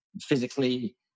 physically